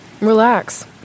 Relax